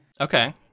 okay